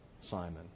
Simon